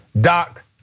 Doc